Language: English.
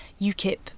UKIP